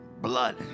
blood